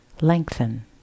lengthen